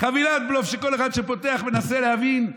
חבילת בלוף שכל אחד שפותח מנסה להבין,